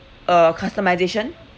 uh customisation